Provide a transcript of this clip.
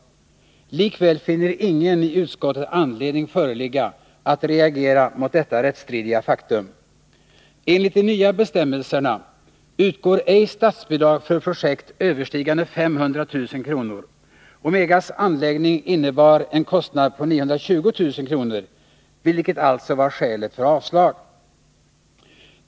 Likväl finner ingen i utskottet anledning föreligga att reagera mot detta rättsstridiga faktum! Enligt de nya bestämmelserna utgår ej statsbidrag för projekt överstigande 500 000 kr. Omegas anläggning innebar en kostnad på 920 000 kr., vilket alltså var skälet för avslag.